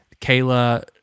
kayla